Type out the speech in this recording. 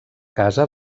casa